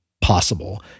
possible